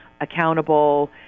accountable